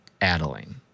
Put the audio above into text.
Adeline